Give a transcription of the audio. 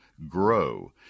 grow